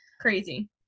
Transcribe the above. Crazy